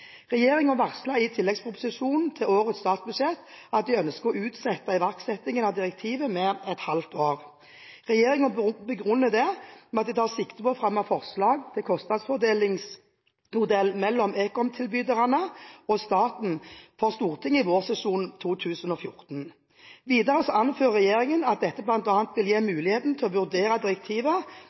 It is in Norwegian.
i tilleggsproposisjonen til årets statsbudsjett at de ønsker å utsette iverksettingen av direktivet med et halvt år. Regjeringen begrunner det med at den tar sikte på å fremme forslag om kostnadsfordelingsmodell mellom ekomtilbyderne og staten for Stortinget i vårsesjonen 2014. Videre anfører regjeringen at dette bl.a. vil gi muligheten til å vurdere direktivet